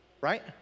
Right